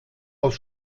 aus